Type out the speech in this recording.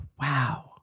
Wow